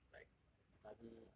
like study